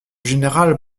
général